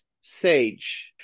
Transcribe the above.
sage